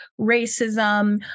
racism